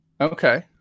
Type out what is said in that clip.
Okay